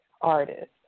artist